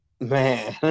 Man